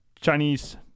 Chinese